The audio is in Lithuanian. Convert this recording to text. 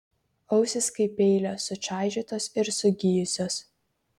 ausys kaip peilio sučaižytos ir sugijusios